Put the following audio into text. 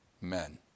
men